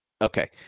Okay